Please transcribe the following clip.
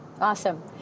Awesome